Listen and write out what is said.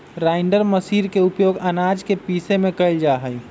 grinder machine के उपयोग आनाज के पीसे में कइल जाहई